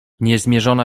niezmierzona